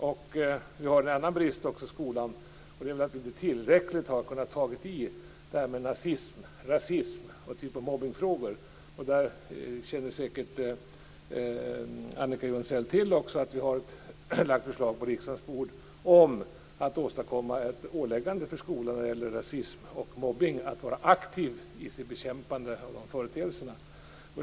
Ytterligare en brist i skolan är att vi inte tillräckligt tagit tag i detta med nazism, rasism och mobbning. Annika Jonsell känner säkert till att vi har lagt fram förslag till riksdagen om ett åläggande för skolan att vara aktiv i sin bekämpning av rasism och mobbning.